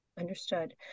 Understood